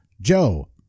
Joe